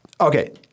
okay